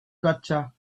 gotcha